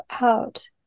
out